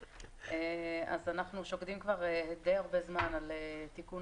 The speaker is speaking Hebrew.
אנחנו שוקדים כבר די הרבה זמן על תיקון